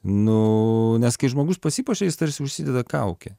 nu nes kai žmogus pasipuošia jis tarsi užsideda kaukę